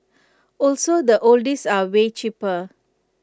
also the oldies are way cheaper